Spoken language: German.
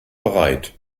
bereit